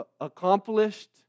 accomplished